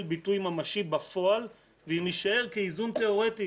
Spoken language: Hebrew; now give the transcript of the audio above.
ביטוי ממשי בפועל ואם יישאר כאיזון תיאורטי